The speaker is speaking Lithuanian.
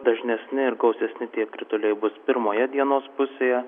dažnesni ir gausesni krituliai bus pirmoje dienos pusėje